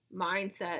mindset